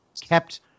kept